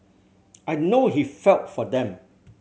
I know he felt for them